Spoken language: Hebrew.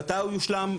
מתי הוא יושלם,